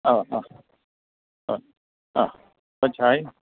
ആ അ ആ ആ അപ്പോൾ ചായയും